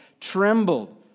trembled